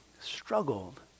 struggled